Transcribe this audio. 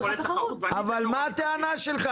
אני הקמתי את העסק הזה בעשר אצבעות --- זה לא עניין של גדול וחזק.